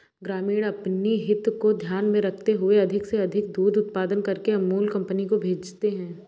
ग्रामीण अपनी हित को ध्यान में रखते हुए अधिक से अधिक दूध उत्पादन करके अमूल कंपनी को भेजते हैं